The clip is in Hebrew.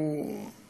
הוא,